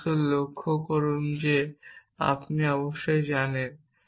যা অবশ্যই লক্ষ্য করুন যে আপনি অবশ্যই জানেন